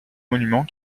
monuments